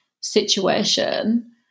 situation